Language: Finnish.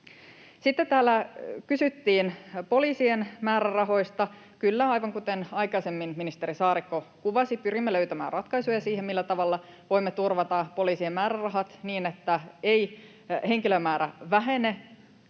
Sitten täällä kysyttiin poliisien määrärahoista. Kyllä, aivan kuten aikaisemmin ministeri Saarikko kuvasi, pyrimme löytämään ratkaisuja siihen, millä tavalla voimme turvata poliisien määrärahat niin, ettei henkilömäärä vähene.